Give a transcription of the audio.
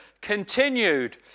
continued